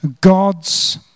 God's